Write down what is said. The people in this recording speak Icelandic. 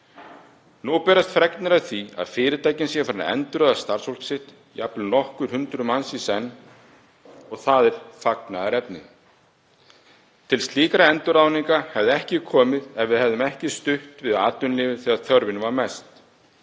Nú berast fregnir af því að fyrirtækin séu farin að endurráða starfsfólkið sitt, jafnvel nokkur hundruð manns í senn og það er fagnaðarefni. Til slíkra endurráðninga hefði ekki komið ef við hefðum ekki stutt við atvinnulífið þegar þörfin var mest.